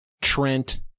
Trent